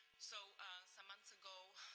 so some months ago,